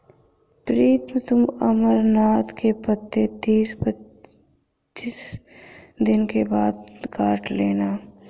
प्रीतम तुम अमरनाथ के पत्ते तीस पैंतीस दिन के बाद काट लेना